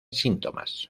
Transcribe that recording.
síntomas